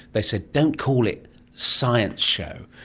they said, don't call it science show,